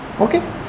Okay